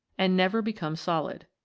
and never becomes solid.